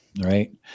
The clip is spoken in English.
Right